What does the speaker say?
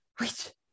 Wait